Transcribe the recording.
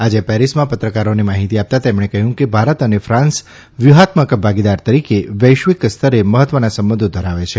આજે પેરિસમાં પત્રકારોને માહીતી આપતાં તેમણે કહ્યું કે ભારત અને ફાન્સ વ્યૂહાત્મક ભાગીદાર તરીકે વૈશ્વિક સ્તરે મહત્વના સંબંધો ધરાવે છે